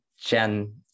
Jen